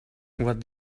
what